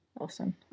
Awesome